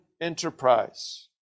enterprise